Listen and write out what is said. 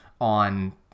on